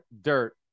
dirt